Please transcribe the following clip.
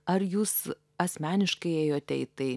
ar jūs asmeniškai ėjote į tai